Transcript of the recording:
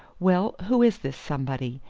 well, who is this somebody,